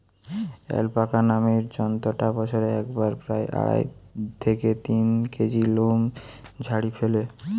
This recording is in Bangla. অ্যালাপাকা নামের জন্তুটা বছরে একবারে প্রায় আড়াই থেকে তিন কেজি লোম ঝাড়ি ফ্যালে